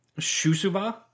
Shusuba